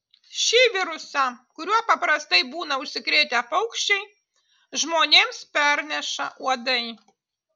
šį virusą kuriuo paprastai būna užsikrėtę paukščiai žmonėms perneša uodai